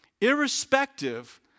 Irrespective